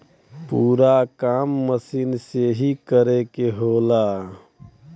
पूरा काम मसीन से ही करे के होला